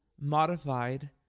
modified